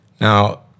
Now